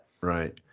right